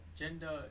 gender